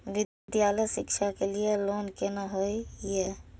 विद्यालय शिक्षा के लिय लोन केना होय ये?